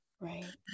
right